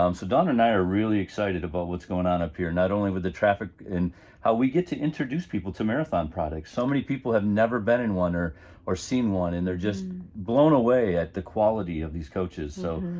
um so dawn and i are really excited about what's going on up here, not only with the traffic, and how we get to introduce people to marathon products. so many people have never been in one or seen one, and they're just blown away at the quality of these coaches. so